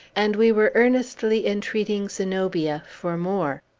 and we were earnestly entreating zenobia for more.